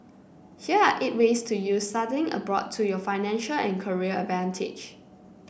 here are eight ways to use studying abroad to your financial and career advantage